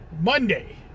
Monday